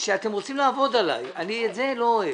שאתם רוצים לעבוד עליי, ואת זה אני לא אוהב.